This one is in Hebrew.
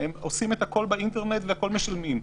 הם עושים את הכול באינטרנט והכול משלמים.